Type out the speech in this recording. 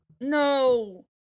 no